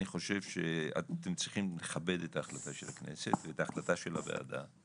אני חושב שאתם צריכים לכבד את ההחלטה של הכנסת ואת ההחלטה של הוועדה.